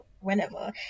whenever